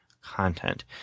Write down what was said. content